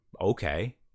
Okay